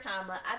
comma